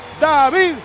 David